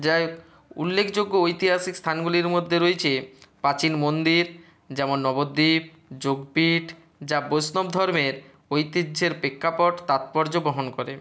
যাই হোক উল্লেখযোগ্য ঐতিহসিক স্থানগুলির মধ্যে রয়েছে প্রাচিন মন্দির যেমন নবদ্বীপ যোগপিঠ যা বৈষ্ণব ধর্মের ঐতিহ্যের প্রেক্ষাপট তাৎপর্য পর্যবহন করে